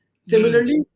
similarly